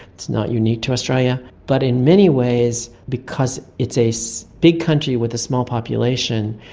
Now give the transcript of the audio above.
it's not unique to australia. but in many ways because it's a so big country with a small population,